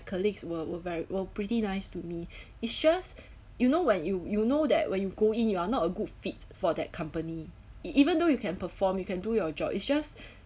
colleagues were were ve~ were pretty nice to me it's just you know when you you know that when you go in you are not a good fit for that company e~ even though you can perform you can do your job is just